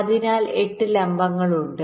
അതിനാൽ 8 ലംബങ്ങളുണ്ട്